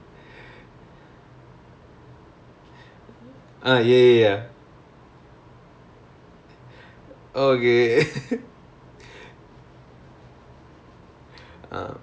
uh and work done work done you know and ya dude I never come across that term in my life okay so work done err what else force pressure